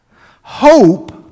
Hope